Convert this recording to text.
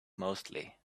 mostly